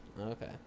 okay